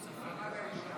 מעמד האישה.